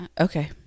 Okay